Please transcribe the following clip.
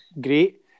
great